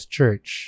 Church